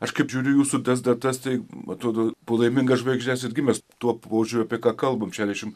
aš kaip žiūriu į jūsų tas datas tai atrodo po laiminga žvaigžde esat gimęs tuo požiūriu apie ką kalbame šešiasdešimt